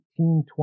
1820